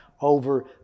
over